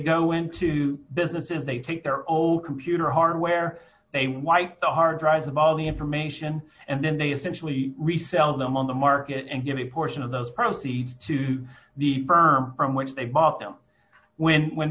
go into business is they take their old computer hardware they wipe the hard drives of all the information and then they essentially resell them on the market and give a portion of those proceeds to the firm from which they bought them when when